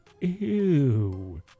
Ew